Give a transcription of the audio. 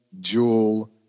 jewel